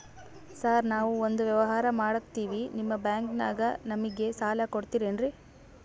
Sir ನಾವು ಒಂದು ವ್ಯವಹಾರ ಮಾಡಕ್ತಿವಿ ನಿಮ್ಮ ಬ್ಯಾಂಕನಾಗ ನಮಿಗೆ ಸಾಲ ಕೊಡ್ತಿರೇನ್ರಿ?